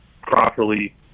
properly